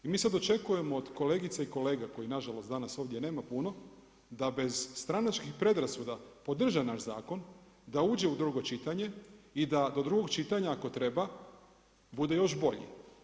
I mi sad očekujemo od kolegica i kolega, kojih na žalost danas ovdje nema puno, da bez stranačkih predrasuda podrže naš zakon, da uđe u drugo čitanje i da do drugog čitanja ako treba bude još bolji.